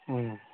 ꯎꯝ